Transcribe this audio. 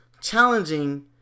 Challenging